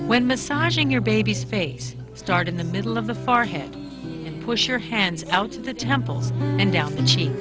when massaging your baby's face start in the middle of the far head and push your hands out to the temples and down the ch